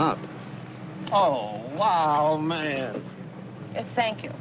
up oh wow man thank you